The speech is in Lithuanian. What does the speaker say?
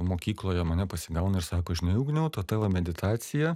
mokykloje mane pasigauna ir sako žinai ugniau ta tavo meditacija